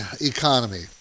economy